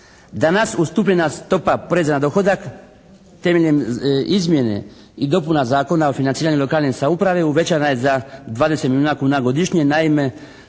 Danas ustupljena stopa poreza na dohodak temeljem izmjene i dopuna Zakona o financiranju lokalne samouprave uvećana je za 20 milijuna kuna godišnje, naime